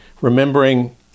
remembering